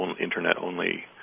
Internet-only